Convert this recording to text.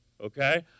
okay